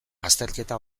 azterketa